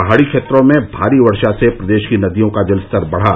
पहाड़ी क्षेत्रों में भारी वर्षा से प्रदेश की नदियों का जलस्तर बढ़ा